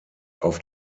auf